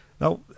Now